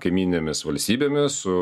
kaimynėmis valstybėmis su